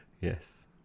Yes